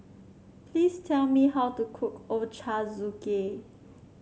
please tell me how to cook Ochazuke